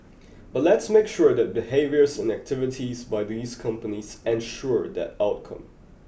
but let's make sure that behaviours and activities by these companies ensure that outcome